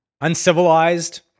uncivilized